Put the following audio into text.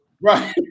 Right